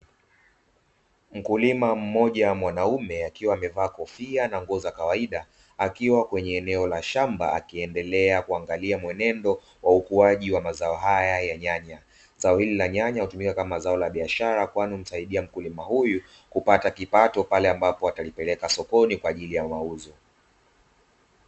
Mkulima mmoja mwanamume akiwa amevaa kofia na nguo za kawaida akiwa kwenye eneo la shamba akiendelea kuangalia mwenendo wa ukuaji wa mazao haya ya nyanya. Zao hili la nyanya hutumika kama zao la biashara kwani humsaidia mkulima huyu kupata kipato pale ambapo atalipeleka sokoni kwa ajili ya mauzo.